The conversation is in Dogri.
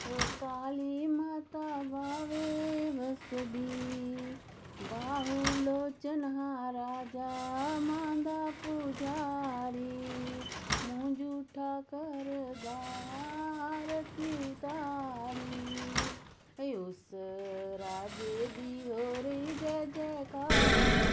ओ काली माता बावे बसदी बाहुलोचन हा राजा मां दा पुजारी मूंह जूठा करदा आरती उतारी उस राजे दी हो रेई जै जै कार